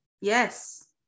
Yes